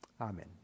Amen